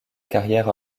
carrière